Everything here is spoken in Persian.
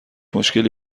مشکلی